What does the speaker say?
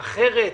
אחרת,